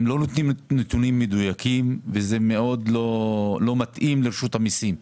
הם לא נותנים נתונים מדויקים וזה מאוד לא מתאים לרשות המיסים.